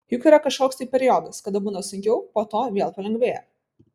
juk yra kažkoks tai periodas kada būna sunkiau po to vėl palengvėja